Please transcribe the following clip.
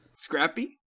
Scrappy